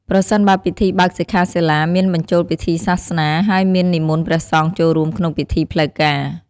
ប្រសិនបើពិធីបើកសិក្ខាសាលាមានបញ្ចូលពិធីសាសនា ហើយមាននិមន្តព្រះសង្ឃចូលរួមក្នុងពិធីផ្លូវការ។